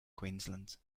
queensland